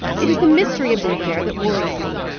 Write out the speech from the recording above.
it is the mystery of the affair that worries me.